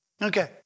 Okay